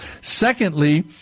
Secondly